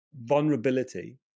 vulnerability